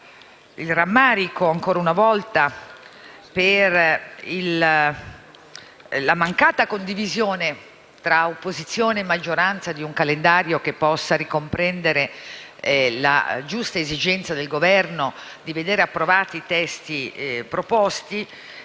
il rammarico ancora una volta per la mancata condivisione tra opposizione e maggioranza di un calendario che possa ricomprendere la giusta esigenza del Governo di vedere approvati i testi proposti,